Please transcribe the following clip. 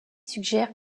suggèrent